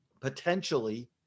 potentially